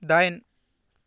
दाइन